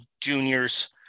juniors